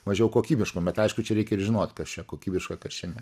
mažiau kokybiškų bet aišku čia reikia ir žinot kas čia kokybiška kas čia ne